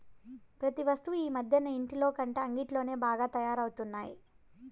ప్రతి వస్తువు ఈ మధ్యన ఇంటిలోకంటే అంగిట్లోనే బాగా తయారవుతున్నాయి